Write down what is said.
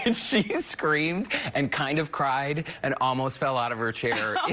and she screamed and kind of cried and almost fell out of her chair.